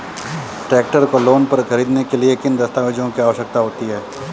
Tractor को loan पर खरीदने के लिए किन दस्तावेज़ों की आवश्यकता होती है?